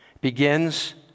begins